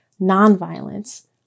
nonviolence